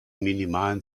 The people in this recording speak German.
minimalen